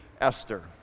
Esther